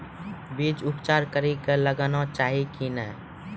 बीज उपचार कड़ी कऽ लगाना चाहिए कि नैय?